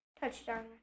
touchdown